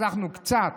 הצלחנו קצת